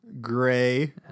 gray